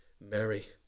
Mary